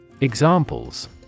Examples